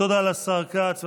תודה לשר כץ.